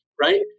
right